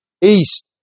east